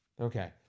Okay